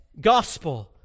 gospel